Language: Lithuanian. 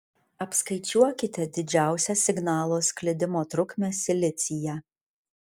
apskaičiuokite didžiausią signalo sklidimo trukmę silicyje